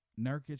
Nurkic